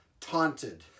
taunted